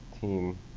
team